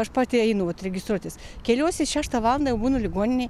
aš pati einu vat registruotis keliuosi šeštą valandą jau būnu ligoninėj